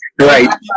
Right